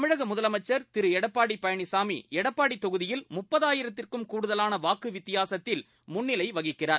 தமிழக முதலமைச்சர் திரு எடப்பாடி பழனிசாமி எடப்பாடி தொகுதியில் முப்பதாயிரத்திற்கும் கூடுதலான வாக்கு வித்தியாசத்தில் முன்னிலை வகிக்கிறார்